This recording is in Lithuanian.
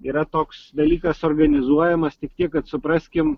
yra toks dalykas organizuojamas tik tiek kad supraskim